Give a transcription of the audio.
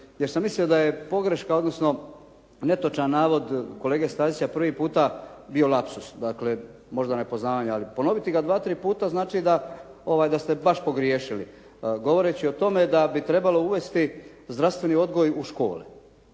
jer sam mislio da je pogreška odnosno netočan navod kolege Stazića prvi puta bio lapsus. Dakle, možda nepoznavanje. Ali ponoviti ga dva, tri puta znači da ste baš pogriješili govoreći o tome da bi trebalo uvesti zdravstveni odgoj u škole.